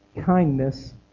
kindness